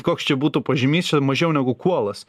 koks čia būtų pažymys čia mažiau negu kuolas